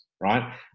Right